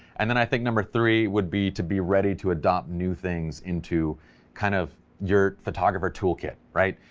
and then i think. number three would be to be ready to adopt new things into kind of your photographer toolkit right?